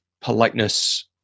politeness